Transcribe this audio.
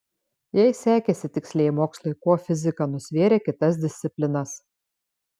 jei sekėsi tikslieji mokslai kuo fizika nusvėrė kitas disciplinas